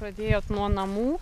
pradėjot nuo namų